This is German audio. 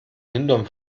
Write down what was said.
hintern